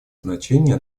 значение